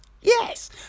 yes